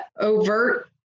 overt